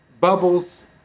bubbles